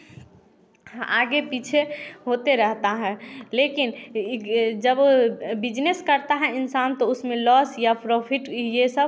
आगे पीछे होते रहता है लेकिन यह गे जब बिजनेस करता है इंसान तो उसमें लॉस या प्रॉफिट यह सब